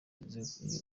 uvuze